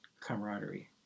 camaraderie